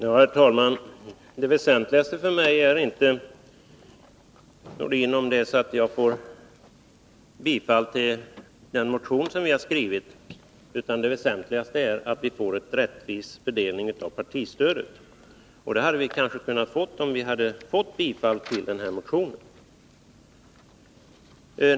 Herr talman! Det väsentligaste för mig är inte, Sven-Erik Nordin, att få bifall till den motion som vi har skrivit, utan att vi får en rättvis fördelning av partistödet. Det hade vi kanske kunnat få om vi i utskottet hade fått bifall till den motionen.